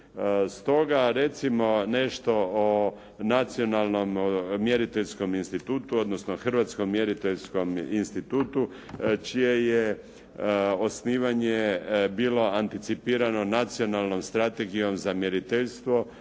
Stoga recimo nešto o Nacionalnom mjeriteljskom institutu, odnosno Hrvatskom mjeriteljskom institutu čije je osnivanje bilo anticipirano Nacionalnom strategijom za mjeriteljstvo